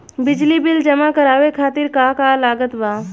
बिजली बिल जमा करावे खातिर का का लागत बा?